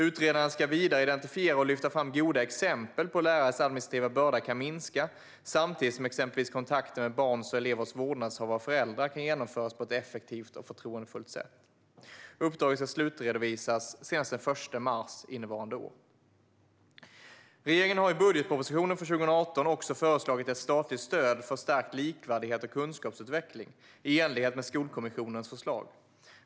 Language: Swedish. Utredaren ska vidare identifiera och lyfta fram goda exempel på hur lärares administrativa börda kan minska samtidigt som exempelvis kontakten med barns och elevers vårdnadshavare och föräldrar kan genomföras på ett effektivt och förtroendefullt sätt. Uppdraget ska slutredovisas senast den 1 mars innevarande år. Regeringen har i budgetpropositionen för 2018 också föreslagit ett statligt stöd för stärkt likvärdighet och kunskapsutveckling, i enlighet med Skolkommissionens förslag.